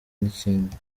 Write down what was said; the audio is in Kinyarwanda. n’ikindi